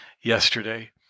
yesterday